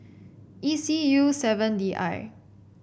E C U seven D I